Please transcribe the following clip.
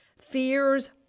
Fears